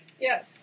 Yes